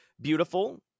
beautiful